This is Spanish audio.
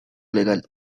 legal